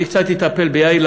אני קצת אטפל ביאיר,